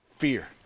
Fear